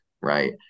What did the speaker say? right